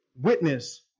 witness